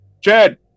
Chad